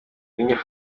nyabingi